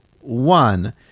one